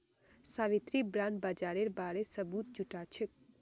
Savitri bond बाजारेर बारे सबूत जुटाछेक